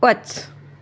वच